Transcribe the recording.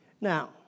Now